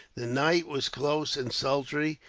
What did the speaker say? the night was close and sultry,